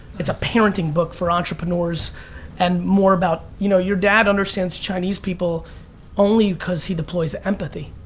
it's a parenting book for entrepreneurs and more about, you know your dad understands chinese people only because he deploys empathy.